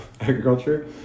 agriculture